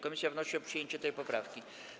Komisja wnosi o przyjęcie tej poprawki.